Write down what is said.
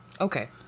Okay